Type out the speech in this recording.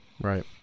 Right